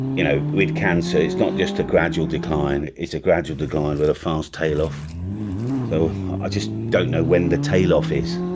you know with cancer it's not just a gradual decline is a gradual decline with a fast tail off so i just don't know when the tail off. that